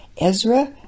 Ezra